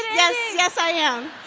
yes. yes, i am.